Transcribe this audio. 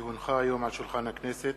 כי הונחו היום על שולחן הכנסת,